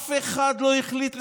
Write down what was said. אף אחד לא החליט לסרב.